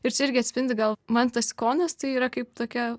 ir čia irgi atspindi gal man tas skonis tai yra kaip tokia